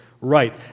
right